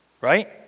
Right